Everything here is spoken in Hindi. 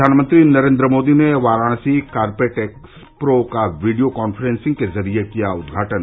प्रधानमंत्री नरेन्द्र मोदी ने वाराणसी कारपेट एक्सप्रो का वीडिया कान्फ्रेंसिंग के जरिए किया उद्घाटन